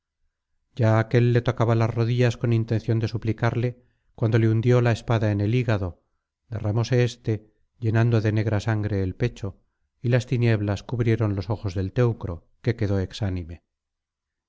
ya aquél le tocaba las rodillas con intención de suplicarle cuando le hundió la espada en el hígado derramóse éste llenando de negra sangre el pecho y las tinieblas cubrieron los ojos del teucro que quedó exánime